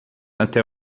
até